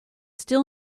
still